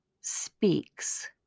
speaks